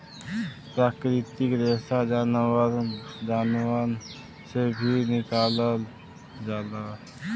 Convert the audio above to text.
प्राकृतिक रेसा जानवरन से भी निकालल जाला